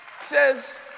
says